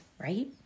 Right